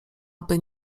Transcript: aby